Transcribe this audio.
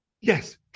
yes